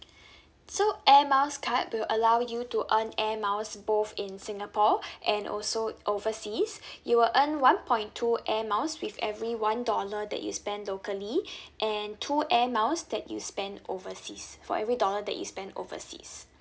so air miles card will allow you to earn air miles both in singapore and also overseas you will earn one point two air miles with every one dollar that you spend locally and two air miles that you spend overseas for every dollar that you spend overseas